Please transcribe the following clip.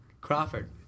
Crawford